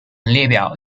列表